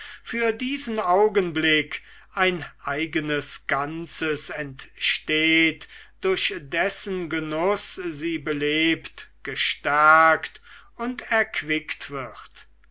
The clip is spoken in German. für diesen augenblick ein eigenes ganzes entsteht durch dessen genuß sie belebt gestärkt und erquickt wird